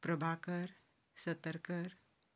Prabhakar Satarkar